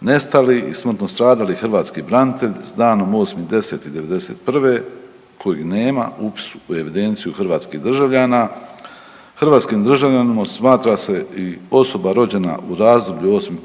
nestali i smrtno stradali hrvatski branitelj s danom 8.10.'91. koji nema upis u evidenciju hrvatskih državljana. Hrvatskim državljanom smatra se i osoba rođena u razdoblju 8.1.'77.-8.10.'91.